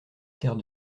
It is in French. terre